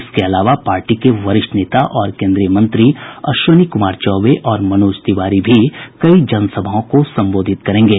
इसके अलावा पार्टी के वरिष्ठ नेता और केंद्रीय मंत्री अश्विनी कुमार चौबे और मनोज तिवारी भी कई जन सभाओं को संबोधित करेंगे